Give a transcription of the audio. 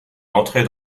entrer